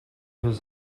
his